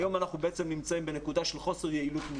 היום אנחנו בעצם נמצאים בנקודה של חוסר יעילות מובנית.